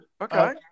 Okay